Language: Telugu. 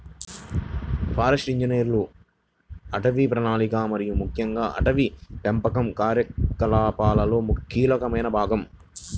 ఫారెస్ట్ ఇంజనీర్లు అటవీ ప్రణాళిక మరియు ముఖ్యంగా అటవీ పెంపకం కార్యకలాపాలలో కీలకమైన భాగం